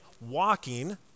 walking